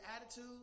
attitude